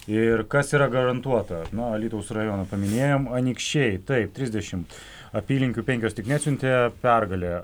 ir kas yra garantuota na alytaus rajoną paminėjom anykščiai taip trisdešimt apylinkių penkios tik nesiuntė pergalė